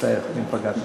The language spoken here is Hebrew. מצטער אם פגעתי.